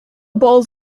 bowls